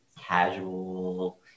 casual